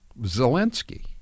Zelensky